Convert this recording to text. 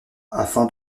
afin